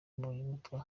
mbonyumutwa